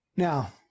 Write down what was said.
Now